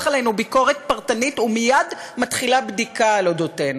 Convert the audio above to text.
אלינו ביקורת פרטנית ומייד מתחילה בדיקה על אודותינו.